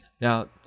now